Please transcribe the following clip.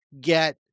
get